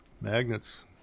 Magnets